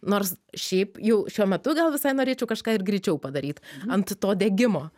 nors šiaip jau šiuo metu gal visai norėčiau kažką ir greičiau padaryt ant to degimo